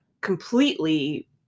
completely